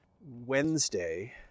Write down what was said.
Wednesday